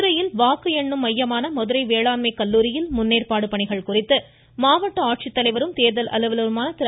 மதுரையில் வாக்கு எண்ணும் மையமான மதுரை வேளாண்மை கல்லூரியில் முன்னேற்பாடு பணிகள் குறித்து மாவட்ட ஆட்சித்தலைவரும் தேர்தல் அலுவலருமான திரு